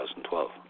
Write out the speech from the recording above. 2012